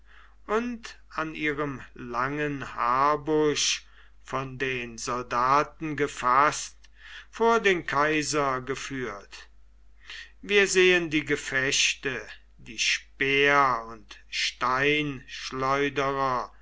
und an ihrem langen haarbusch von den soldaten gefaßt vor den kaiser geführt wir sehen die gefechte die speer und